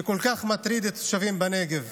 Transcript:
שכל כך מטריד את התושבים בנגב,